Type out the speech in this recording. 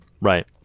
Right